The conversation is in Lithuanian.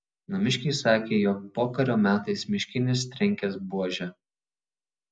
namiškiai sakė jog pokario metais miškinis trenkęs buože